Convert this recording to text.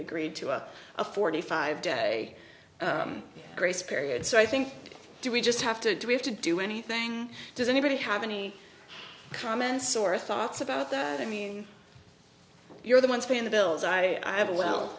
agreed to up a forty five day grace period so i think we just have to do we have to do anything does anybody have any comments or thoughts about that i mean you're the ones paying the bills i have a well